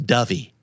Dovey